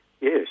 Yes